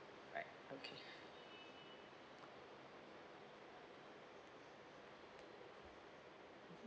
right okay